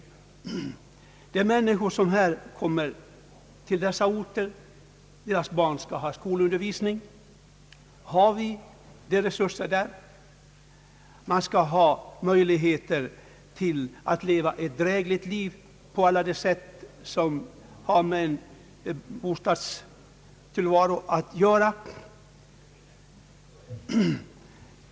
De människor som kommer till dessa orter har ju barn som skall ha skolundervisning. Har vi resurser till detta? Det skall ju finnas möjligheter att leva ett drägligt liv på denna ort.